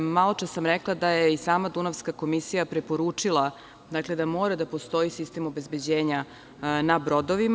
Maločas sam rekla da je i sama Dunavska komisija preporučila da mora da postoji sistem obezbeđenja na brodovima.